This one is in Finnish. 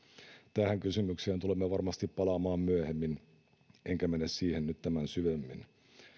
tähän kysymykseen tulemme varmasti palaamaan myöhemmin enkä mene siihen nyt tämän syvemmin